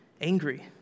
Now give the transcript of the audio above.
angry